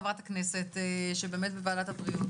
חברת הכנסת שבוועדת הבריאות,